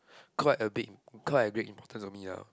quite a big quite a great importance of me ah